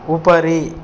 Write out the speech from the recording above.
उपरि